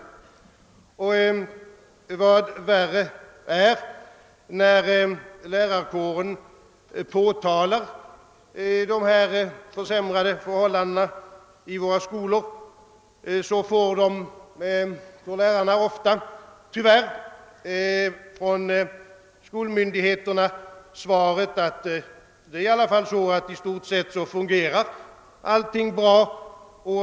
Och, vad värre är, när lärarkåren påtalar dessa försämrade förhållanden i våra skolor, så får den tyvärr oftast det svaret från skolmyndigheterna att verksamheten ändå i stort sett fungerar bra.